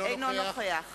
אינו נוכח